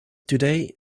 today